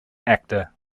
actor